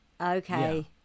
Okay